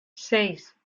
seis